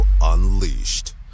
Unleashed